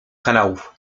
kanałów